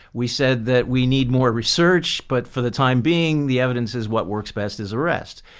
we said that we need more research. but for the time being, the evidence is what works best is arrest.